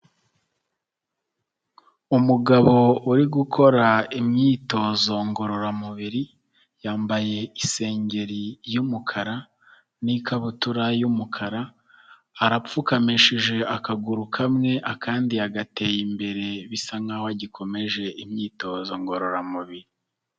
Umugabo uri gukora imyitozo ngororamubiri yambaye isengeri y'umukara n'ikabutura y'umukara arapfukamishije akaguru kamwe akandi yagateye imbere bisa nkaho agikomeje imyitozo ngororamubiri.